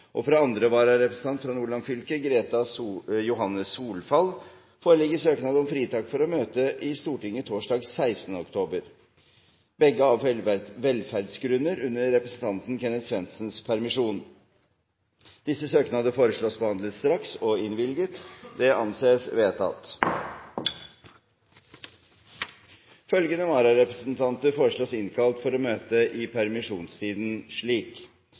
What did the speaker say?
Fra andre vararepresentant for Nordland fylke, Greta Johanne Solfall, foreligger søknad om fritak for å møte i Stortinget torsdag 16. oktober – begge av velferdsgrunner under representanten Kenneth Svendsens permisjon. Etter forslag fra presidenten ble enstemmig besluttet: Søknadene behandles straks og innvilges. Følgende vararepresentanter innkalles for å møte i permisjonstiden slik: